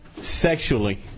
Sexually